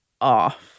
off